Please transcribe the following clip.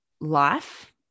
life